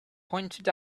pointed